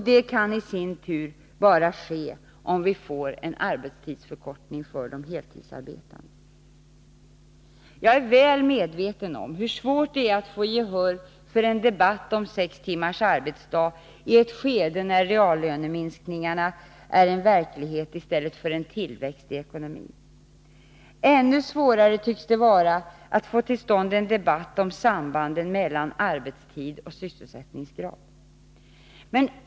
Det kan i sin tur ske bara om vi får en arbetstidsförkortning för de heltidsarbetande. Jag är väl medveten om hur svårt det är att få gehör för en debatt om sex timmars arbetsdag i ett skede när reallöneminskningarna är en verklighet, i stället för en tillväxt i ekonomin. Ännu svårare tycks det vara att få till stånd en debatt om sambanden mellan arbetstid och sysselsättningsgrad.